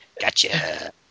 Gotcha